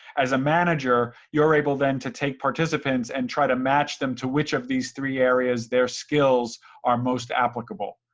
as a manager, you are able then to take participants and try to match them to which of these three areas their skills are most applicable.